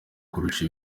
kurusha